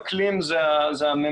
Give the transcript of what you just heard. אקלים זה הממוצע.